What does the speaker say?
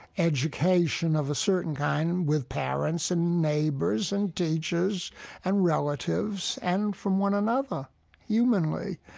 education of a certain kind with parents and neighbors and teachers and relatives and from one another humanly.